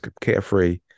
carefree